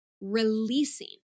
releasing